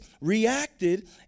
reacted